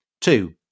Two